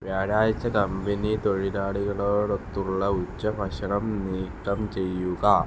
വ്യാഴാഴ്ച കമ്പനി തൊഴിലാളികളോടൊത്തുള്ള ഉച്ച ഭക്ഷണം നീക്കം ചെയ്യുക